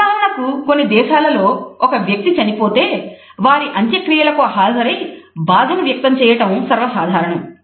ఉదాహరణకు కొన్ని దేశాలలో ఒక వ్యక్తి చనిపోతే వారి అంత్యక్రియలకు హాజరై బాధను వ్యక్తం చేయటం సర్వసాధారణం